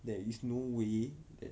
there is no way that